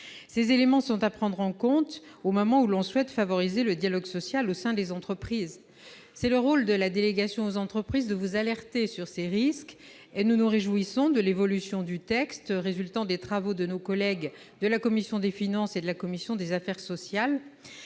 Ces éléments sont à prendre en compte au moment où l'on souhaite favoriser le dialogue social au sein des entreprises ! C'est le rôle de la délégation aux entreprises de vous alerter sur ces risques, monsieur le ministre, et nous nous réjouissons de l'évolution du texte résultant des travaux de nos collègues de la commission des finances et de la commission des affaires sociales.